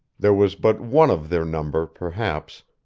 there was but one of their number, perhaps,